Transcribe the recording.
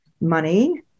money